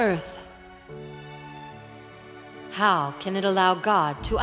earth how can it allow god to